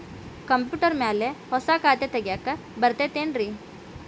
Computer ಮ್ಯಾಲೆ ಹೊಸಾ ಖಾತೆ ತಗ್ಯಾಕ್ ಬರತೈತಿ ಏನ್ರಿ?